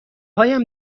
هایم